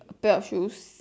a pair of shoes